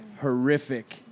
horrific